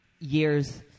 years